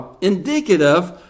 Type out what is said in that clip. indicative